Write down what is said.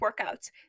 workouts